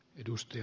edusti